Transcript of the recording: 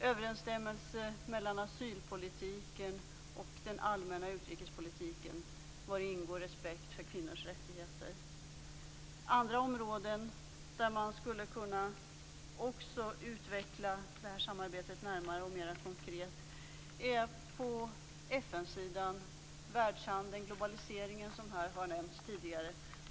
Överensstämmelse mellan asylpolitiken och den allmänna utrikespolitiken, vari ingår respekt för kvinnors rättigheter. Andra områden där man också skulle kunna utveckla det här samarbetet närmare och mer konkret är på FN-sidan, världshandeln och globaliseringen, som har nämnts här tidigare.